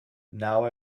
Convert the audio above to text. now